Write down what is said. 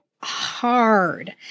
hard